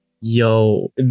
Yo